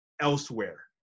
elsewhere